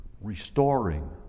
restoring